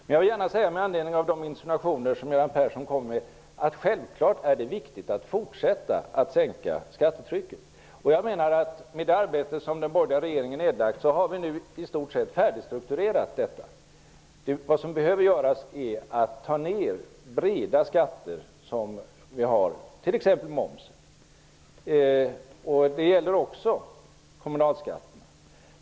Men med anledning av de insinuationer som Göran Persson kom med vill jag säga att det självfallet är viktigt att fortsätta att sänka skattetrycket. I och med det arbete som den borgerliga regeringen har lagt ned har vi nu i stort sett färdigstrukturerat detta. Vad som behöver göras är att få ned de breda skatter som vi har, t.ex. moms. Det gäller också kommunalskatten.